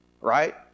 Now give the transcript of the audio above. Right